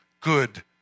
good